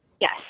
Yes